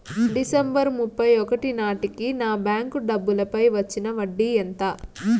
December ముప్పై ఒకటి నాటేకి నా బ్యాంకు డబ్బుల పై వచ్చిన వడ్డీ ఎంత?